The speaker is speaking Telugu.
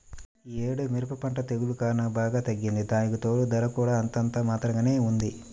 యీ యేడు మిరప పంట తెగుల్ల కారణంగా బాగా తగ్గింది, దానికితోడూ ధర కూడా అంతంత మాత్రంగానే ఉంది